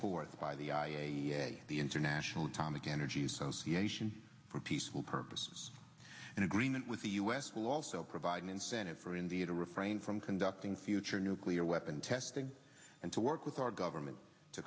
forth by the i a e a the international atomic energy association for peaceful purposes and agreement with the u s will also provide an incentive for india to refrain from conducting future nuclear weapon testing and to work with our government to